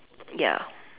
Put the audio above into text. ya